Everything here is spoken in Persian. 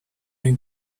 این